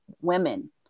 women